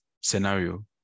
scenario